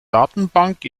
datenbank